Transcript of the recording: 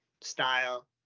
style